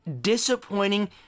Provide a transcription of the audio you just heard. Disappointing